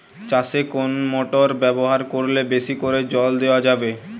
চাষে কোন মোটর ব্যবহার করলে বেশী করে জল দেওয়া যাবে?